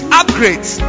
upgrades